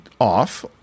off